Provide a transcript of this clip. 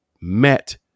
met